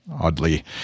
oddly